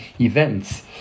events